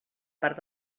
part